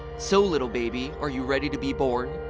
so little baby. are you ready to be born?